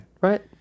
Right